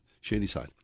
Shadyside